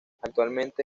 actualmente